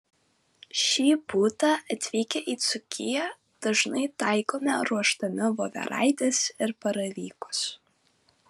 šį būdą atvykę į dzūkiją dažnai taikome ruošdami voveraites ir baravykus